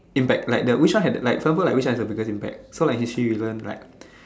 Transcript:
impact like which one have like for example like which one has the biggest impact when history isn't like